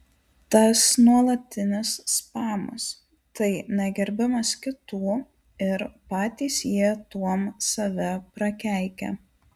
tas nuolatinis spamas tai negerbimas kitų ir patys jie tuom save prakeikia